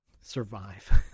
survive